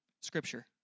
Scripture